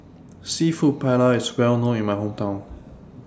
Seafood Paella IS Well known in My Hometown